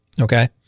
okay